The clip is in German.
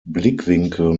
blickwinkel